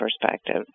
perspective